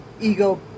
ego